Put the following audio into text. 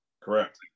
Correct